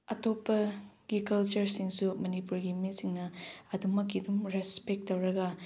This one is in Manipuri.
ꯑꯇꯣꯞꯄꯒꯤ ꯀꯜꯆꯔꯁꯤꯡꯁꯨ ꯃꯅꯤꯄꯨꯔꯒꯤ ꯃꯤꯁꯤꯡꯅ ꯑꯗꯨꯃꯛꯀꯤ ꯑꯗꯨꯝ ꯔꯦꯁꯄꯦꯛ ꯇꯧꯔꯒ